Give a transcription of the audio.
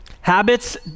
Habits